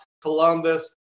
Columbus